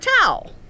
towel